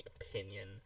opinion